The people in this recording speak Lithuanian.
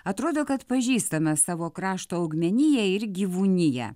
atrodo kad pažįstame savo krašto augmeniją ir gyvūniją